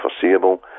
foreseeable